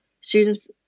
students